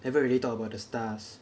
never really talk about the stars